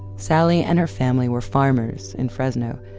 sally and her family were farmers in fresno.